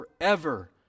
forever